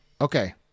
Okay